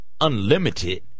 unlimited